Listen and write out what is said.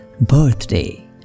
birthday